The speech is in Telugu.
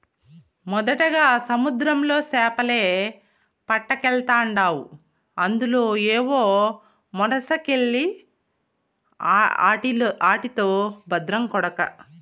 మొదటగా సముద్రంలో సేపలే పట్టకెల్తాండావు అందులో ఏవో మొలసకెల్ని ఆటితో బద్రం కొడకా